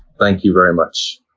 thank you very much.